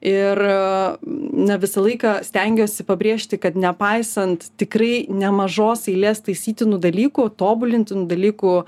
ir na visą laiką stengiuosi pabrėžti kad nepaisant tikrai nemažos eilės taisytinų dalykų tobulintinų dalykų